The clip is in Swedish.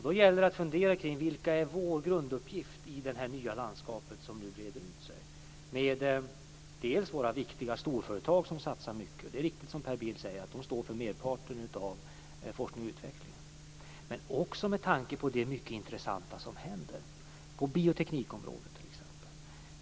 Det gäller då att fundera kring vad som är vår grunduppgift i det nya landskap som nu breder ut sig, för det första med tanke på att våra viktiga storföretag satsar mycket - det är riktigt, som Per Bill säger, att de står för merparten av forskningen och utvecklingen - men för det andra också med tanke på det mycket intressanta som händer t.ex. på bioteknikområdet.